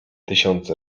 tysiące